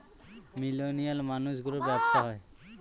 millennial মানুষ গুলোর ব্যাবসা হয়